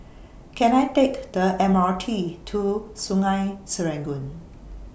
Can I Take The M R T to Sungei Serangoon